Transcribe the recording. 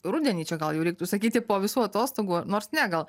rudenį čia gal jau reiktų sakyti po visų atostogų nors ne gal